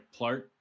Plart